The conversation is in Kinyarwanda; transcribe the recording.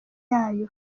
yayo